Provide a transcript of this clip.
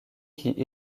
qui